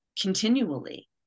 continually